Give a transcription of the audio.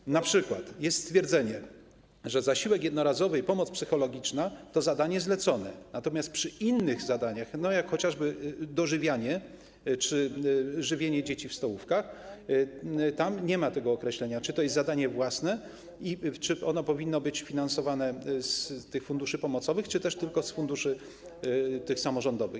Jest np. stwierdzenie, że zasiłek jednorazowy i pomoc psychologiczna to zadania zlecone, natomiast przy innych zadaniach, jak chociażby dożywianie czy żywienie dzieci w stołówkach, nie ma określenia, czy to jest zadanie własne i czy ono powinno być finansowane z funduszy pomocowych czy też tylko z funduszy samorządowych.